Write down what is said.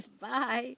Bye